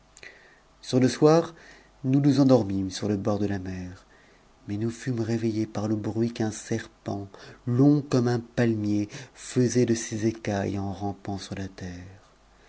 sur le soir nous nous endormîmes sur le bord de la mer mais nous jûtt'es réveillés par le bruit qu'un serpent long comme un palmier fais it de ses éc u ies en rampant sur la terre